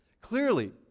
Clearly